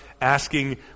asking